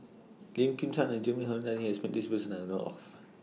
Lim Kim San and Hilmi Johandi has Met This Person that I know of